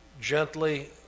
gently